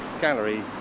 gallery